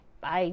Bye